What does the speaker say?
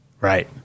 right